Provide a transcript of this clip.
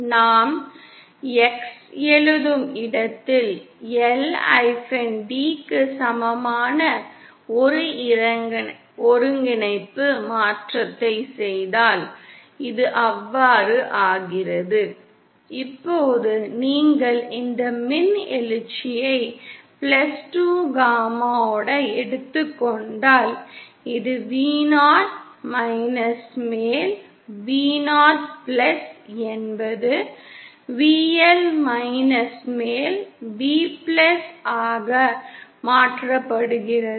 நாம் X எழுதும் இடத்தில் L d க்கு சமமான ஒரு ஒருங்கிணைப்பு மாற்றத்தைச் செய்தால் இது அவ்வாறு ஆகிறது இப்போது நீங்கள் இந்த மின் எழுச்சியை 2காமாL எடுத்துக் கொண்டால் இந்த Vo மேல் Vo என்பது VL மேல் VL ஆக மாற்றப்படுகிறது